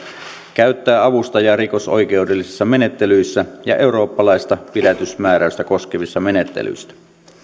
käyttää avustajaa rikosoikeudellisissa menettelyissä ja eurooppalaista pidätysmääräystä koskevissa menettelyissä